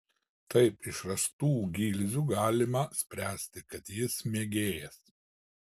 taip iš rastų gilzių galima spręsti kad jis mėgėjas